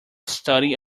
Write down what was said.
study